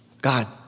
God